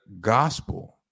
gospel